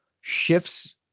shifts